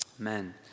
Amen